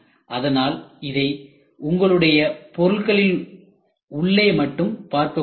அதனால் இதை உங்களுடைய பொருட்களின் உள்ளே மட்டும் பார்க்கக்கூடாது